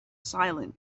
silent